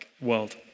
world